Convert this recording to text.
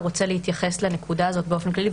הוא רוצה להתייחס לנקודה הזאת באופן כללי,